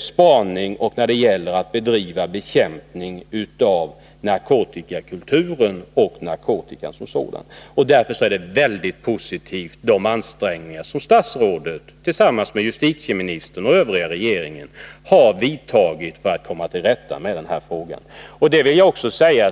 spaning mot och bekämpa narkotikakulturen och narkotikan som sådan. Mot den bakgrunden är de ansträngningar som statsrådet tillsammans med justitieministern och regeringen i övrigt har gjort för att komma till rätta med problemen på det området mycket positiva.